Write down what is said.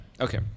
Okay